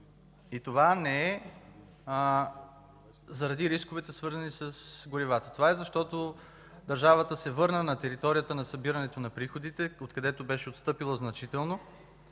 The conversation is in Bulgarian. Това не е заради рисковете, свързани с горивата, а защото държавата се върна на територията на събирането на приходите, откъдето беше отстъпила значително